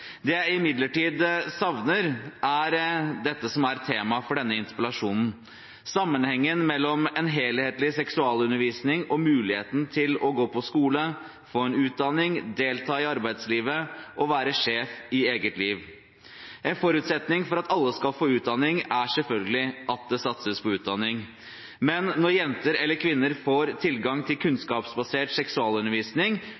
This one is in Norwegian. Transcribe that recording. Det jeg imidlertid savner, er dette som er temaet for denne interpellasjonen – sammenhengen mellom en helhetlig seksualundervisning og muligheten til å gå på skole, få en utdanning, delta i arbeidslivet og være sjef i eget liv. En forutsetning for at alle skal få utdanning, er selvfølgelig at det satses på utdanning, men når jenter eller kvinner får tilgang til kunnskapsbasert seksualundervisning,